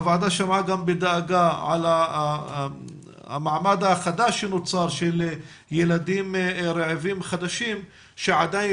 הוועדה שמעה בדאגה על המעמד החדש שנוצר של ילדים רעבים חדשים שעדיין